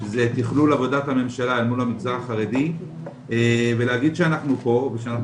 זה תכלול עבודת הממשלה אל מול המגזר החרדי ולהגיד שאנחנו פה ושאנחנו